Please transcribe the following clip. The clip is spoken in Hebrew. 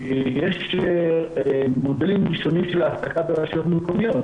כי יש מודלים שונים של העסקה ברשויות המקומיות.